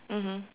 mmhmm